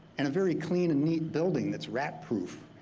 and a very clean and neat building that's rat proof,